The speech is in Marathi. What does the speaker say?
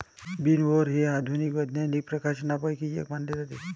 विनओवर हे आधुनिक वैज्ञानिक प्रकाशनांपैकी एक मानले जाते